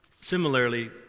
similarly